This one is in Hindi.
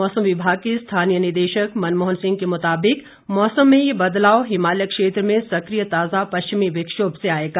मौसम विभाग के स्थानीय निदेशक मनमोहन सिंह के मुताबिक मौसम में ये बदलाव हिमालय क्षेत्र में सकिय ताजा पश्चिमी विक्षोभ से आएगा